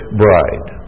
bride